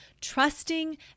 trusting